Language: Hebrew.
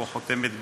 והוא חותמת גומי.